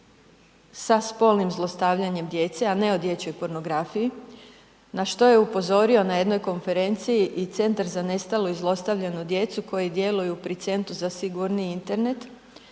sa spolnim zlostavljanjem djece a ne o dječjoj pornografiji na što je upozorio na jednoj konferenciji i Centar za nestalu i zlostavljanu djecu koji djeluju pri Centru za sigurniji Internet.